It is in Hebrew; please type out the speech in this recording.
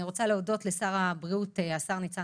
אני רוצה להודות לשר הבריאות ניצן